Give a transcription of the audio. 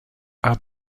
add